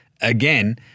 again